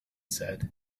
said